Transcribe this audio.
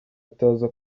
ataza